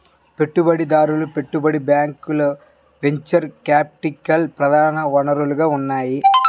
పెట్టుబడిదారులు, పెట్టుబడి బ్యాంకులు వెంచర్ క్యాపిటల్కి ప్రధాన వనరుగా ఉన్నాయి